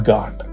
God